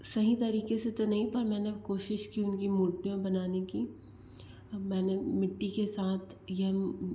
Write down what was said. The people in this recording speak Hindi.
सही तरीके से तो नहीं पर मैंने कोशिश की उनकी मूर्तियाँ बनाने की मैंने मिट्टी के साथ ये